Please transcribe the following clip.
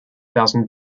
thousand